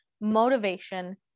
motivation